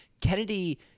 Kennedy